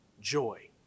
Joy